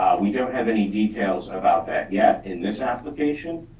we don't have any details about that yet in this application.